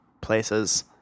places